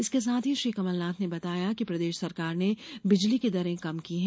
इसके साथ ही श्री कमलनाथ ने बताया कि प्रदेश सरकार ने बिजली की दरें कम की हैं